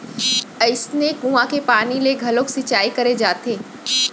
अइसने कुँआ के पानी ले घलोक सिंचई करे जाथे